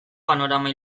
panorama